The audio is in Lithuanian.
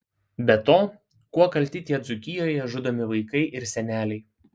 be to kuo kalti tie dzūkijoje žudomi vaikai ir seneliai